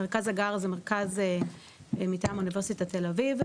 מרכז הגר זה מרכז מטעם אוניברסיטת תל אביב,